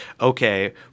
okay